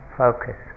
focus